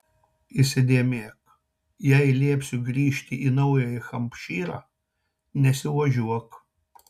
įsidėmėk jei liepsiu grįžti į naująjį hampšyrą nesiožiuok